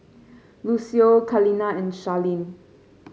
Lucio Kaleena and Charlene